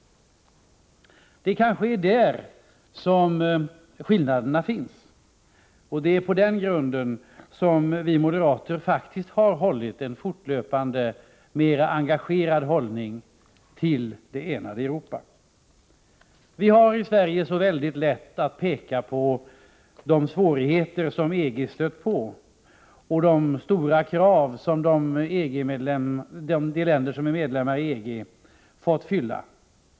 Det är kanske där som skillnaderna finns. Det är på den grunden som vi moderater faktiskt fortlöpande har intagit en mera engagerad hållning till det enade Europa. Vi har i Sverige så väldigt lätt att peka på de svårigheter som EG stött på och de stora krav som de länder som är medlemmar i EG fått fylla.